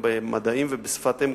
במדעים ובשפת אם,